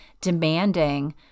demanding